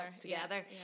together